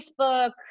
Facebook